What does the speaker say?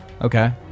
Okay